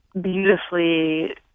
beautifully